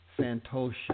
Santosha